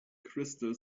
crystal